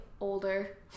older